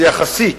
זה יחסי,